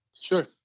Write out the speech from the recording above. Sure